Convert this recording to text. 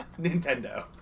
Nintendo